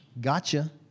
gotcha